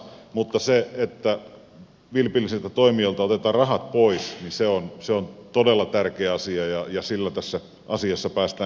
mutta se että vilpilliseltä toimijalta otetaan rahat pois on todella tärkeä asia ja sillä tässä asiassa päästään eteenpäin